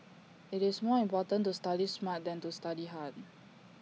IT is more important to study smart than to study hard